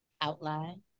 outline